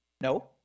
No